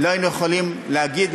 לא היינו יכולים להגיד,